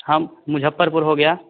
हाँ मुज़फ़्फ़रपुर हो गया